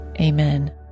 Amen